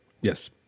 Yes